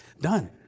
Done